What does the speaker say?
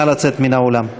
נא לצאת מן האולם.